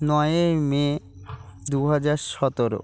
নয়ই মে দু হাজার সতেরো